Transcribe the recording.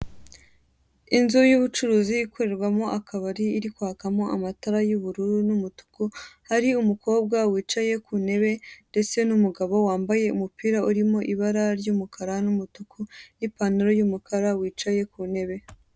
Inzu y'ubucuruzi ikorerwamo akabari iri kwakamo amatara y'ubururu n'umutuku, hari umukobwa wicaye ku ntebe ndetse n'umugabo wambaye umupira urimo ibara ry'umukara n'umutuku n'ipantaro y'umukara, wicaye ku ntebe.